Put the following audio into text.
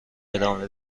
ادامه